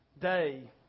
day